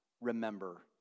remember